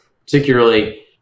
particularly